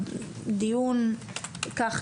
עוד דיון כך,